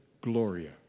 gloria